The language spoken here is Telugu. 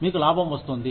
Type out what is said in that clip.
మీకు లాభం వస్తుంది